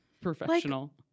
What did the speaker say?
professional